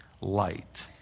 light